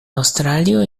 aŭstralio